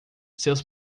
seus